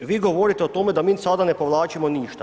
Vi govorite o tome da mi sada ne povlačimo ništa.